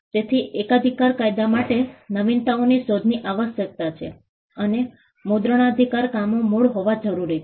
તેથી એકાધિકાર કાયદા માટે નવીનતાઓની શોધની આવશ્યકતા છે અને મુદ્રણાધિકારમાં કામો મૂળ હોવા જરૂરી છે